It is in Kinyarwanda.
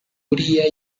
uriya